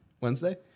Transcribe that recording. Wednesday